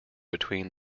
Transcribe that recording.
between